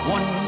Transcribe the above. One